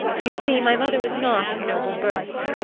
you see, my mother was not of noble birth.